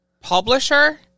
Publisher